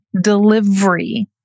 delivery